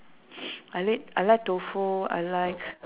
I li~ I like tofu I like